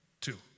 two